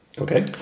Okay